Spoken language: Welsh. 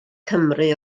cymru